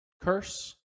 curse